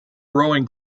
rowing